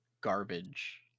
garbage